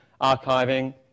archiving